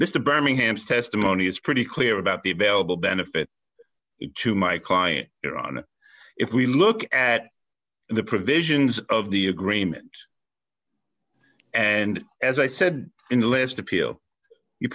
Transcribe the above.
mr birmingham's testimony is pretty clear about the available benefit to my client iran if we look at the provisions of the agreement and as i said in the last appeal you